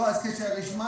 כשהרשימה